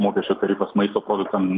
mokesčio tarifas maisto produktam